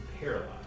Paralyzed